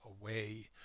away